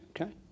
okay